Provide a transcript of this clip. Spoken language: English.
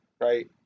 right